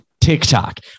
TikTok